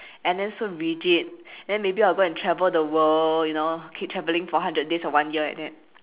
and then so rigid then maybe I'll go and travel the world you know keep travelling for hundred days or one year like that